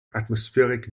atmospheric